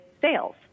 sales